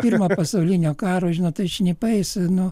pirmo pasaulinio karo žinot tais šnipais nu